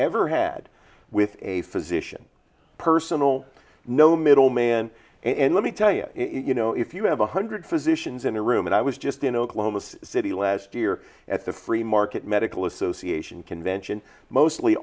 ever had with a physician personal no middleman and let me tell you you know if you have one hundred physicians in a room and i was just in oklahoma city last year at the free market medical association convention mostly